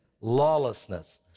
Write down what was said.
lawlessness